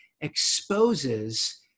exposes